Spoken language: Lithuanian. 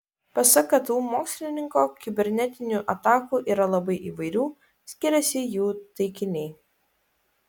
pasak ktu mokslininko kibernetinių atakų yra labai įvairių skiriasi jų taikiniai